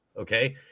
okay